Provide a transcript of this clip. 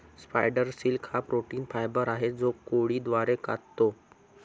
spider silk हा protein fibre आहे जो कोळी द्वारे काततो